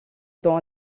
dans